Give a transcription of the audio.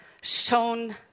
shown